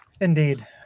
Indeed